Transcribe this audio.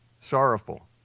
sorrowful